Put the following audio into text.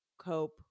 cope